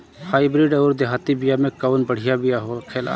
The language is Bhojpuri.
हाइब्रिड अउर देहाती बिया मे कउन बढ़िया बिया होखेला?